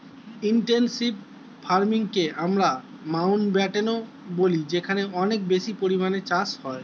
intensive ফার্মিংকে আমরা মাউন্টব্যাটেনও বলি যেখানে অনেক বেশি পরিমাণে চাষ হয়